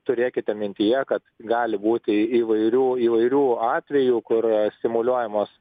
turėkite mintyje kad gali būti įvairių įvairių atvejų kur simuliuojamos